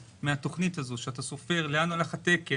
מהתוכנית הזו שאתה סופר לאן הלך התקן,